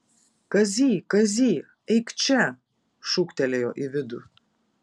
kazy kazy eik čia šūktelėjo į vidų